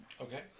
Okay